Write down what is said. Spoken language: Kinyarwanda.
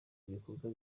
igikorwa